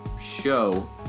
show